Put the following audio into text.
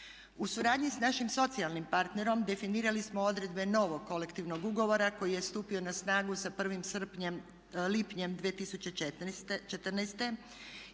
U suradnji s našim socijalnim partnerom definirali smo odredbe novog kolektivnog ugovora koji je stupio na snagu sa 1. lipnjem 2014.